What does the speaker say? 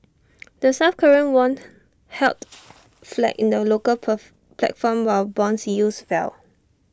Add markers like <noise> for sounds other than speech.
<noise> the south Korean won held <noise> flat in the local path platform while Bond yields fell